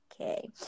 okay